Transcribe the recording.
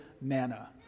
Nana